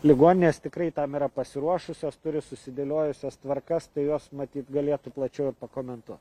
ligoninės tikrai tam yra pasiruošusios turi susidėliojusios tvarkas tai jos matyt galėtų plačiau ir pakomentuot